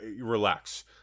relax